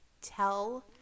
tell